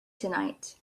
tonight